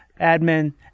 Admin